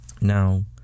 Now